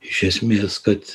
iš esmės kad